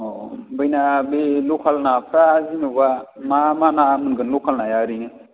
औ औ ओमफाय ना बे लकेल नाफ्रा जेन'बा मा मा ना मोनगोन लकेल ना या ओरैनो